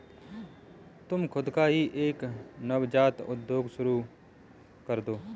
तुम खुद का ही एक नवजात उद्योग शुरू करदो